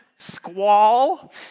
squall